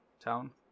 Town